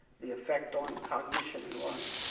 the effect on cognition and learning,